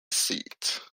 seat